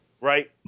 Right